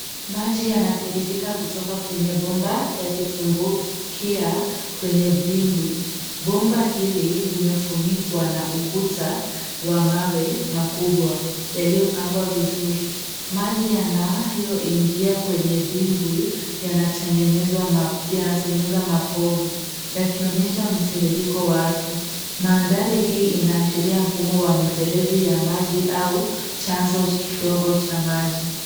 Maji yanatiririka kutoka kwenye bomba yakitumbukia kwenye dimbwi. Bomba hili limefunikwa na ukuta wa mawe makubwa yaliyopangwa vizuri. Maji yanayoingia kwenye dimbwi yanatengenezwa mapovu, yakionyesha mtiririko wake. Mandhari hii inaashiria mfumo wa mifereji ya maji au chanzo kidogo cha maji.